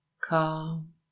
calm